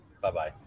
Bye-bye